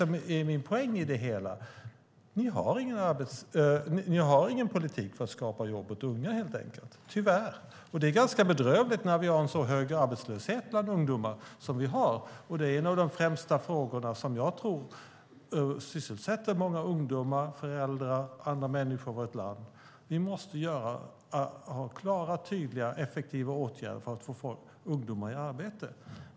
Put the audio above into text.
Min poäng i det hela är att ni inte har någon politik för att skapa jobb åt unga - tyvärr. Det är ganska bedrövligt när vi har en så hög arbetslöshet som vi har bland ungdomar. Jag tror att det är den fråga som främst sysselsätter många ungdomar, föräldrar och andra människor i vårt land. Ni måste ha klara, tydliga och effektiva åtgärder för att få ungdomar i arbete.